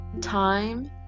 Time